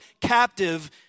captive